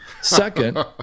Second